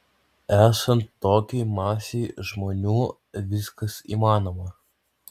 esant tokiai masei žmonių viskas įmanoma